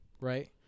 right